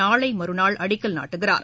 நாளை மறுநாள் அடிக்கல் நாட்டுகிறார்